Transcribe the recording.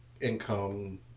income